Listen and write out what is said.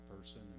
person